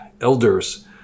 elders